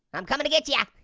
i'm comin' to getcha. yeah